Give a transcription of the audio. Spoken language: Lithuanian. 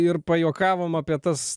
ir pajuokavom apie tas